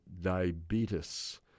diabetes